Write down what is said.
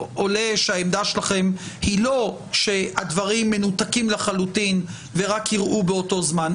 עולה שהעמדה שלכם היא לא שהדברים מנותקים לחלוטין ורק אירעו באותו זמן.